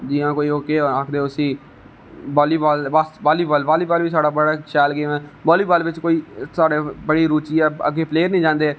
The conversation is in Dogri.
जां कोई ओह् केह आखदे उसी बालीबाल बालीबाल बी बड़ा शैल गेम ऐ बालीबाल बिच कोई साढ़े बड़ी रुची ऐ अग्गै प्लेयर नेईं जंदे